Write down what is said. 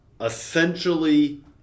essentially